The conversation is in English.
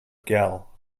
gall